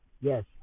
Yes